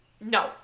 No